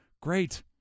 Great